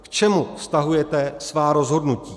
K čemu vztahujete svá rozhodnutí?